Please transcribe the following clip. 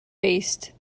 based